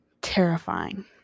terrifying